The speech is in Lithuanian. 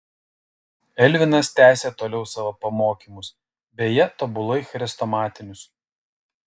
elvinas tęsė toliau savo pamokymus beje tobulai chrestomatinius